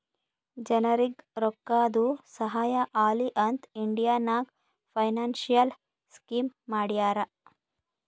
ಜನರಿಗ್ ರೋಕ್ಕಾದು ಸಹಾಯ ಆಲಿ ಅಂತ್ ಇಂಡಿಯಾ ನಾಗ್ ಫೈನಾನ್ಸಿಯಲ್ ಸ್ಕೀಮ್ ಮಾಡ್ಯಾರ